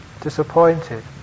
disappointed